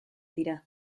dira